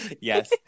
yes